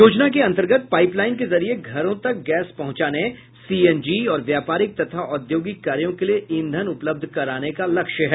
योजना के अंतर्गत पाईप लाईन के जरिए घरों तक गैस पहुंचाने सीएनजी और व्यापारिक तथा औद्योगिक कार्यों के लिए ईंधन उपलब्ध कराने का लक्ष्य है